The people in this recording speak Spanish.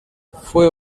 fue